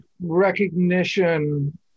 recognition